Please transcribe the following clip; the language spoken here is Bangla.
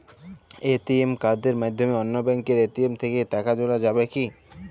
এ.টি.এম কার্ডের মাধ্যমে অন্য ব্যাঙ্কের এ.টি.এম থেকে টাকা তোলা যাবে কি?